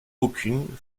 aucune